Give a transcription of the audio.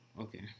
Okay